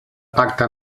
pacte